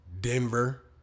Denver